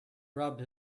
rubbed